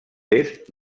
est